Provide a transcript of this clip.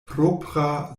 propra